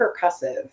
percussive